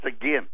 again